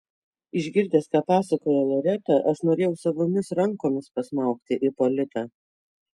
išgirdęs ką pasakojo loreta aš norėjau savomis rankomis pasmaugti ipolitą